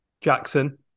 Jackson